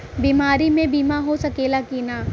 बीमारी मे बीमा हो सकेला कि ना?